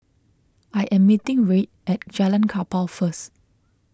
I am meeting Reid at Jalan Kapal first